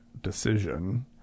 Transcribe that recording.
decision